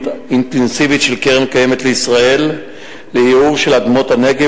אינטנסיבית של קרן-קיימת לישראל לייעור אדמות הנגב,